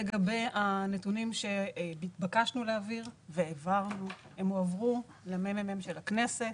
לגבי הנתונים שהתבקשנו להעביר העברנו והם הועברו למ.מ.מ של הכנסת.